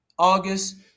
August